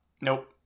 Nope